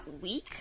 week